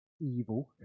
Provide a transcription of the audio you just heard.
evil